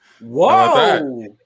Whoa